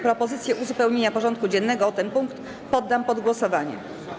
Propozycję uzupełnienia porządku dziennego o ten punkt poddam pod głosowanie.